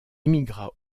émigra